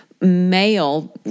Male